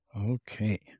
Okay